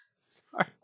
Sorry